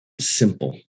simple